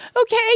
Okay